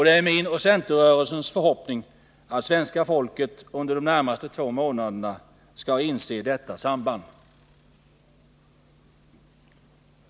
Det är min och centerrörelsens förhoppning att svenska folket under de närmaste två månaderna skall inse detta samband.